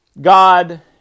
God